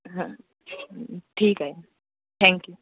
हां ठीक आहे थँक्यू